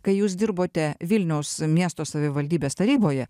kai jūs dirbote vilniaus miesto savivaldybės taryboje